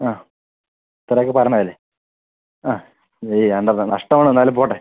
ആ ഇത്ര ഒക്കെ പറഞ്ഞത് അല്ലെ ആ ഈ എന്തൊക്കെ നഷ്ടം എന്നാലും പോട്ടെ